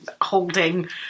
holding